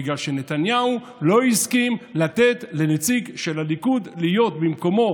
בגלל שנתניהו לא הסכים לתת לנציג של הליכוד להיות במקומו,